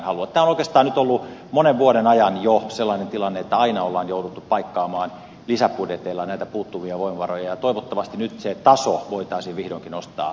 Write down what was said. oikeastaan on ollut jo monen vuoden ajan sellainen tilanne että aina on jouduttu paikkaamaan lisäbudjeteilla näitä puuttuvia voimavaroja ja toivottavasti nyt se taso voitaisiin vihdoinkin nostaa oikealle kohdalleen